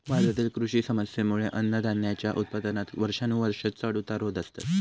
भारतातील कृषी समस्येंमुळे अन्नधान्याच्या उत्पादनात वर्षानुवर्षा चढ उतार होत असतत